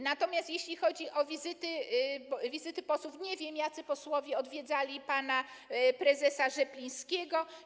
Natomiast jeśli chodzi o wizyty posłów, nie wiem, jacy posłowie odwiedzali pana prezesa Rzeplińskiego.